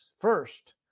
first